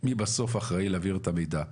מי בסוף אחראי להעביר את המידע פה.